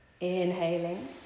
Inhaling